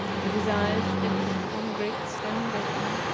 with his eyes fixed upon the great stone griffin,